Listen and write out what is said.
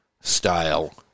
style